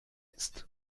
ist